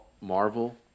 Marvel